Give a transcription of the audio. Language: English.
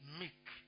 make